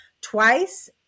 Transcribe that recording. twice